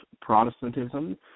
Protestantism